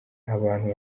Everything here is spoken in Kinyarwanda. abantu